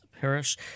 Parish